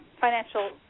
financial